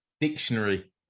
dictionary